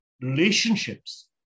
relationships